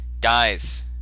Guys